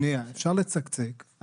אפשר לצקצק.